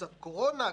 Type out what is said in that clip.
קצת קורונה,